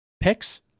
Picks